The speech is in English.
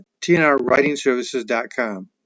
TNRWritingServices.com